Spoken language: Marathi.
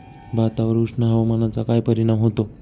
भातावर उष्ण हवामानाचा काय परिणाम होतो?